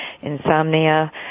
insomnia